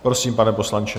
Prosím, pane poslanče.